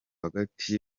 hagati